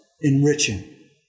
enriching